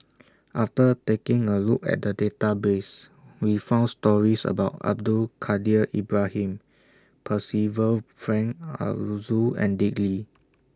after taking A Look At The Database We found stories about Abdul Kadir Ibrahim Percival Frank Aroozoo and Dick Lee